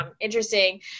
interesting